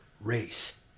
race